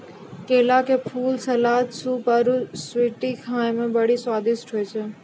केला के फूल, सलाद, सूप आरु स्ट्यू खाए मे बड़ी स्वादिष्ट होय छै